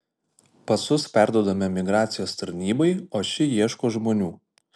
pasus perduodame migracijos tarnybai o ši ieško žmonių